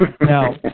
Now